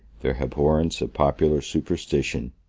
their abhorrence of popular superstition,